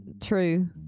True